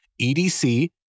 EDC